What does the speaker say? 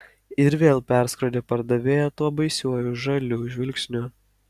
ir vėl perskrodė pardavėją tuo baisiuoju žaliu žvilgsniu